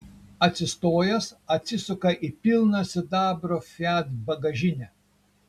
atsistojęs atsisuka į pilną sidabro fiat bagažinę